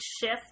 shift